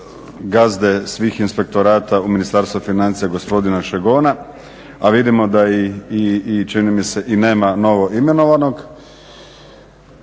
gazde svih inspektorata u Ministarstvu financija gospodina Šegona. A vidimo da i čini mi se i nema novo imenovanog.